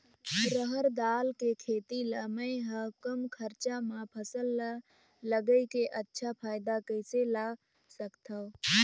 रहर दाल के खेती ला मै ह कम खरचा मा फसल ला लगई के अच्छा फायदा कइसे ला सकथव?